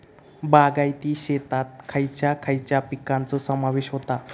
बागायती शेतात खयच्या खयच्या पिकांचो समावेश होता?